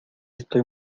estoy